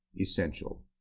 essential